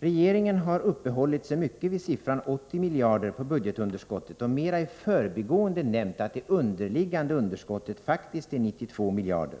Regeringen har uppehållit sig mycket vid siffran 80 miljarder på budgetunderskottet och mera i förbigående nämnt att det underliggande underskottet faktiskt är 92 miljarder.